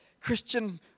Christian